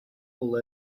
all